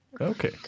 Okay